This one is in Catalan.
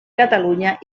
catalunya